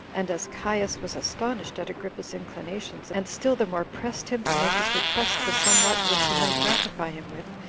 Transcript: and as caius was astonished at agrippa's inclinations, and still the more pressed him to make his request for somewhat which he might gratify him with,